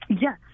Yes